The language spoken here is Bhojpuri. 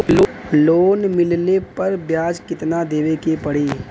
लोन मिलले पर ब्याज कितनादेवे के पड़ी?